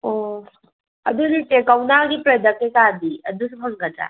ꯑꯣ ꯑꯗꯨꯗꯤ ꯆꯦ ꯀꯧꯅꯥꯒꯤ ꯄꯔꯗꯛ ꯀꯩꯀꯥꯗꯤ ꯑꯗꯨꯁꯨ ꯐꯪꯒꯗ꯭ꯔꯥ